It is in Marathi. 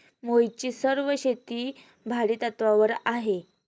मोहितची सर्व शेती भाडेतत्वावर आहे